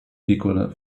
piccola